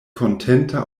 kontenta